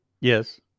Yes